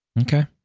Okay